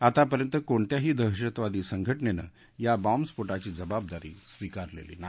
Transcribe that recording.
आतापर्यंत कोणत्याही दहशतवादी संघटनेनं या बॉम्बस्फोटाची जबाबदारी स्वीकारलेली नाही